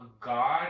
God